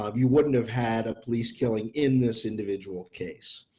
um you wouldn't have had police killing in this individual case.